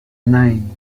nine